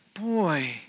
boy